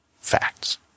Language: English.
facts